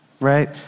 right